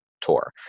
tour